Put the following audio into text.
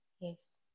Yes